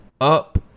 up